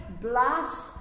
blast